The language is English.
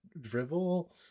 drivel